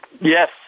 Yes